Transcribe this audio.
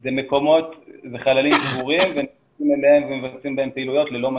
אלו חללים סגורים שנכנסים אליהם ומבצעים בהם פעילויות ללא מסכה.